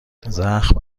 زخم